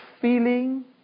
feeling